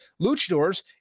luchadors –